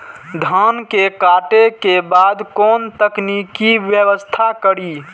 धान के काटे के बाद कोन तकनीकी व्यवस्था करी?